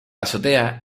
azotea